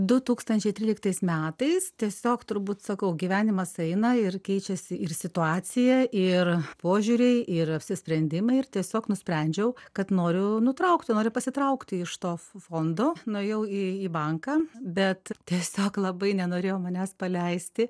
du tūkstančiai tryliktais metais tiesiog turbūt sakau gyvenimas eina ir keičiasi ir situacija ir požiūriai ir apsisprendimai ir tiesiog nusprendžiau kad noriu nutraukti noriu pasitraukti iš to fondo nuėjau į banką bet tiesiog labai nenorėjo manęs paleisti